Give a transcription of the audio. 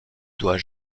doit